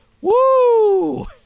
woo